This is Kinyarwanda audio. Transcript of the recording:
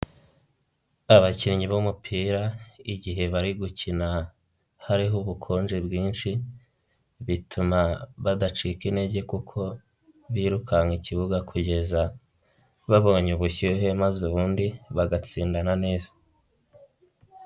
Abakinnyi b'umupira igihe bari gukina hariho ubukonje bwinshi, bituma badacika intege kuko birukanka ikibuga babonye ubushyuhe maze ubundi bagatsindana neza.